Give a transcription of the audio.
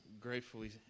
gratefully